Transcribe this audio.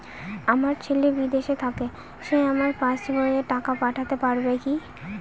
আমার ছেলে বিদেশে থাকে সে আমার পাসবই এ টাকা পাঠাতে পারবে কি?